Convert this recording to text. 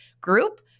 group